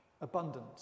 abundant